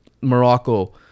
Morocco